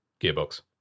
Gearbox